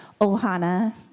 Ohana